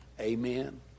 amen